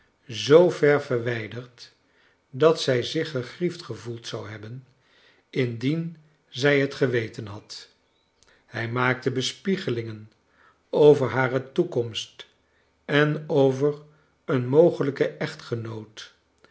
zoo ver verwijderd dat zij zich gegriefd gevoeld zou hebben indien zij het geweten had hij maakte bespiegelingen over hare toekomst en over een mogelijken echtgenoot